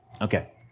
Okay